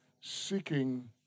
Seeking